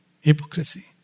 hypocrisy